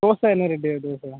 தோசை என்ன ரேட்டு வருது தோசை